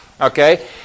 Okay